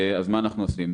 אז מה אנחנו עושים?